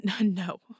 no